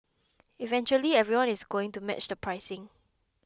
eventually everyone is going to match the pricing